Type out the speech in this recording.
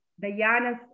Diana's